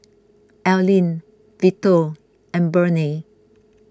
Alene Vito and Burney